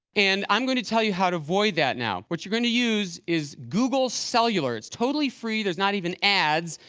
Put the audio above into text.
and i'm going to tell you how to avoid that now. what you're going to use is google cellular. it's totally free there's not even ads.